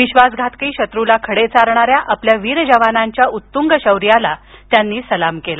विश्वासघातकी शत्रूला खडे चारणाऱ्या आपल्या वीर जवानांच्या उत्तुंग शौर्याला त्यांनी सलाम केला